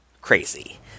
Crazy